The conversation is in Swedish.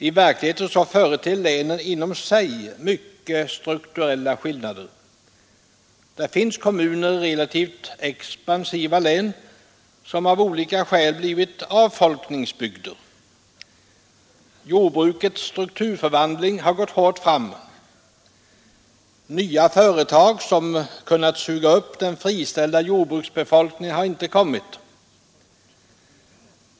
I verkligheten finns det mycket stora strukturskillnader också inom länen. Inom relativt expansiva län kan det finnas kommuner som av olika skäl blivit avfolkningsbygder. Jordbrukets strukturomvandling har gått hårt fram, och nya företag som kunnat suga upp den friställda jordbruksbefolkningen har inte kommit.